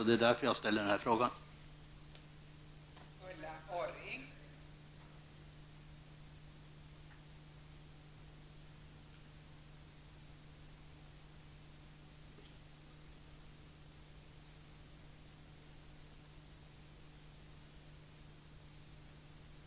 Det är därför som jag ville ställa dessa mina frågor.